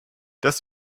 das